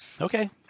Okay